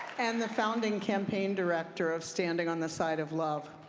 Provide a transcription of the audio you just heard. and the founding campaign director of standing on the side of love.